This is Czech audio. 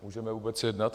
Můžeme vůbec jednat?